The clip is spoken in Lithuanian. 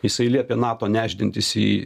jisai liepė nato nešdintis į